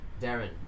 Darren